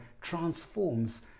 transforms